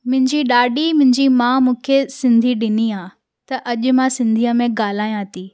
मुंहिंजी ॾाॾी मिंजी माउ मूंखे सिंधी ॾिनी आहे त अॼु मां सिंधीअ में ॻाल्हायां थी